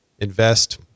invest